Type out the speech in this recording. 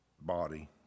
body